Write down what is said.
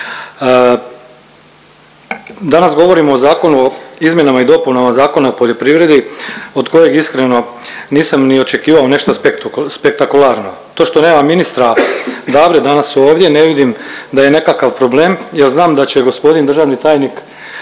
Danas govorimo o Zakonu o izmjenama i dopunama Zakona o poljoprivredi od kojeg iskreno nisam ni očekivao ništa spektakularno. To što nema ministra Dabre danas ovdje ne vidim da je nekakav problem jer znam da će gospodin državni tajnik,